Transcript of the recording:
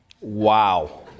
Wow